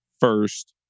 first